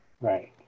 Right